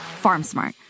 FarmSmart